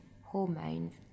hormones